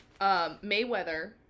Mayweather